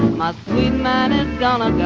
my sweet man is gonna